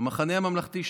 המחנה הממלכתי,